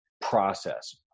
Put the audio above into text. process